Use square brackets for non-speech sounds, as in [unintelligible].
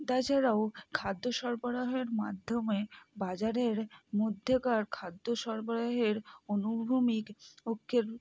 তাছাড়াও খাদ্য সরবরাহের মাধ্যমে বাজারের মধ্যেকার খাদ্য সরবরাহের অনুভূমিক [unintelligible]